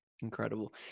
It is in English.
incredible